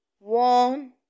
One